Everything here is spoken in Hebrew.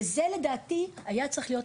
וזה לדעתי היה צריך להיות